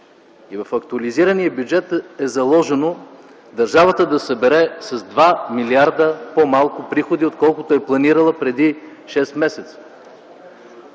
В актуализирания бюджет е заложено държавата да събере с 2 милиарда по-малко приходи, отколкото е планирала преди шест месеца.